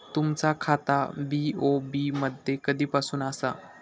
तुमचा खाता बी.ओ.बी मध्ये कधीपासून आसा?